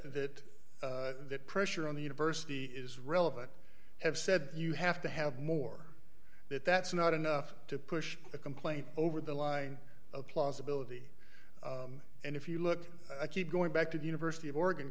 that that pressure on the university is relevant have said you have to have more that that's not enough to push a complaint over the line of plausibility and if you look i keep going back to the university of oregon